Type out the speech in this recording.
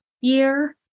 year